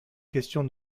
question